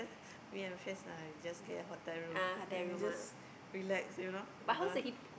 me and my friends uh we just get a hotel room then we just relax you know the